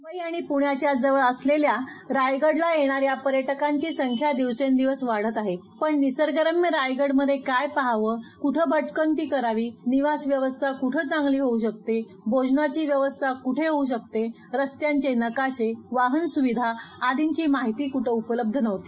मुंबई आणि प्रण्याच्या जवळ असलेल्या रायगडला येणाऱ्या पर्य कांची संख्या दिवसेंदिवस वाढत आहे पण निसर्गरम्य रायगडमध्ये काय पहावे कुठे भा कुती करावी निवास व्यवस्था कुठं चांगली होऊ शकते भोजनाची व्यवस्था कुठे होऊ शकते रस्त्यांचे नकाशे वाहन सुविधा आदिंची माहिती कुठं उपलब्ध नव्हती